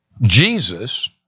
Jesus